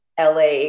la